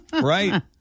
Right